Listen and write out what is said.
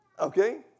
Okay